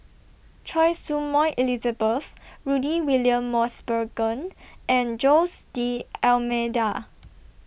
Choy Su Moi Elizabeth Rudy William Mosbergen and Jose D'almeida